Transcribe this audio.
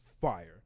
fire